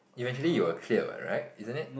eventually you will clear what right isn't it